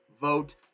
vote